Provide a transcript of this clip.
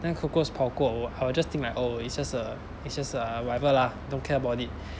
那个 cockroach 跑过我 I'll just think like oh it's just a it's just uh whatever lah don't care about it